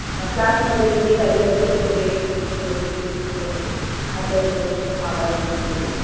class ಮಧ್ಯದಲ್ಲಿ ಕರೆಯೋದು ಮತ್ತೆ ಬೇರೆ ಕೆಲಸಗಳಲ್ಲಿ ಉಪಯೋಗಿಸ್ಕೊಳ್ಳೋದು ಆ ಥರದ್ದೆಲ್ಲ ಸ್ವಲ್ಪ ಅವಾಯ್ಡ್ ಮಾಡ್ಕೊಳ್ಳಿ